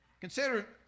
Consider